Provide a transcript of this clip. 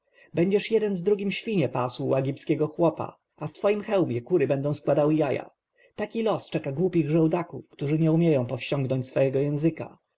będziesz jeden z drugim świnie pasł u egipskiego chłopa a w twoim hełmie kury będą składały jaja taki los czeka głupich żołdaków którzy nie umieją powściągać swojego języka